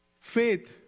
Faith